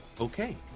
Okay